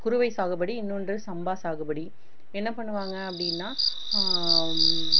குருவை சாகுபடி இன்னொன்று சம்பா சாகுபடி என்ன பண்ணுவாங்க அப்படின்னா